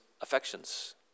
affections